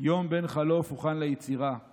יום בן חלוף הוכן ליצירה /